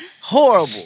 Horrible